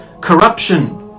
corruption